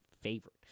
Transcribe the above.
favorite